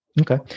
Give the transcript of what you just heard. Okay